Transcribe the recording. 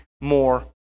more